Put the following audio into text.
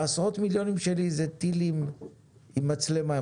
העשרות מיליונים שלי זה טילים עם מצלמה,